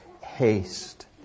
haste